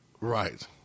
Right